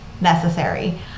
necessary